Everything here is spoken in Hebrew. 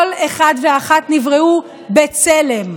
כל אחד ואחת נבראו בצלם.